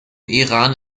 iran